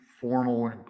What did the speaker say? formal